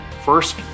first